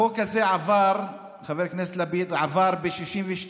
החוק הזה עבר, חבר הכנסת לפיד, עבר ב-62?